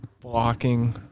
blocking